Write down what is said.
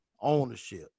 ownership